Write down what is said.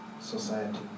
society